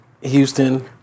Houston